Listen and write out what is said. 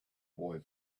boy